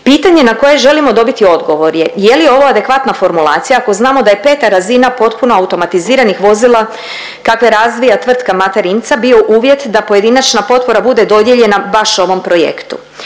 Pitanje na koje želimo dobiti odgovor je, je li ovo adekvatna formulacija ako znamo da je peta razina potpuno automatiziranih vozila kakve razvija tvrtka Mate Rimca bio uvjet da pojedinačna potpora bude dodijeljena baš ovom projektu.